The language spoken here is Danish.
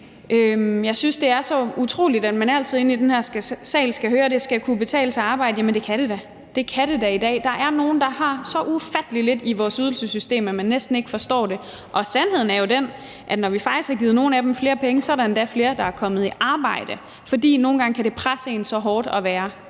Jeg synes, det er så utroligt, at man altid i den her sal skal høre, at det skal kunne betale sig at arbejde. Jamen det kan det da i dag. Der er nogle, der har så ufattelig lidt i vores ydelsessystem, at man næsten ikke forstår det, og sandheden er jo, at når vi faktisk har givet nogle af dem flere penge, så er der endda flere, der er kommet i arbejde, fordi det nogle gange kan presse en så hårdt at være